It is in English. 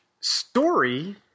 story –